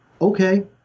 Okay